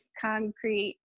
concrete